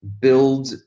build